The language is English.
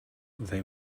they